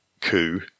coup